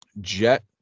jet